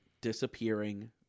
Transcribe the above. disappearing